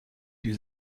die